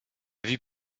vue